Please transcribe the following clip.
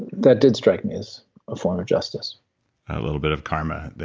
that did strike me as a form of justice a little bit of karma, but